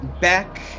Back